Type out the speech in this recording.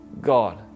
God